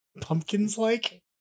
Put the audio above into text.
Pumpkins-like